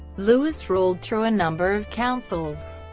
louis ruled through a number of councils